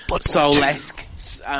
Soul-esque